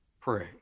pray